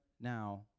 now